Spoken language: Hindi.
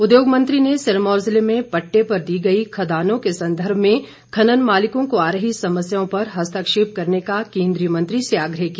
उद्योग मंत्री ने सिरमौर जिले में पटटे पर दी गई खदानों के संदर्भ में खनन मालिकों को आ रही समस्याओं पर हस्तक्षेप करने का केन्द्रीय मंत्री से आग्रह किया